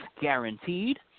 guaranteed